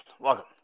Welcome